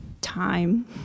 Time